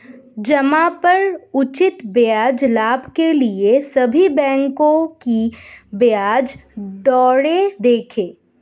जमा पर उचित ब्याज लाभ के लिए सभी बैंकों की ब्याज दरें देखें